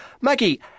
Maggie